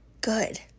good